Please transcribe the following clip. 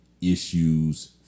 issues